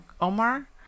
Omar